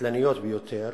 הקטלניות ביותר,